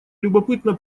любопытно